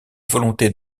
volonté